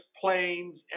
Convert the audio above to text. planes